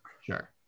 Sure